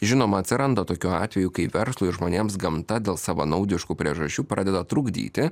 žinoma atsiranda tokių atvejų kai verslui ir žmonėms gamta dėl savanaudiškų priežasčių pradeda trukdyti